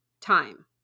time